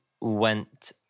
went